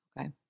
Okay